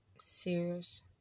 serious